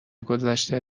گذشته